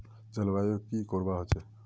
जलवायु की करवा होचे?